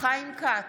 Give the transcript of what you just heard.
חיים כץ,